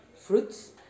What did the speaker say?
Fruits